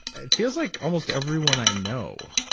it feels like almost everyone i know,